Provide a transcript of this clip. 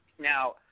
Now